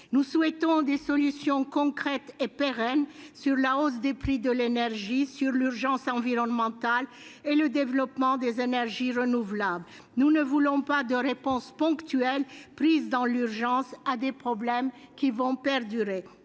Nous souhaitons des solutions concrètes et pérennes sur la hausse des prix de l'énergie, sur l'urgence environnementale et sur le développement des énergies renouvelables. Nous ne voulons pas de réponses ponctuelles, prises dans l'urgence, à des problèmes qui risquent de perdurer.